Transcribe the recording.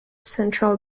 central